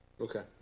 Okay